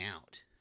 out